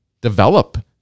develop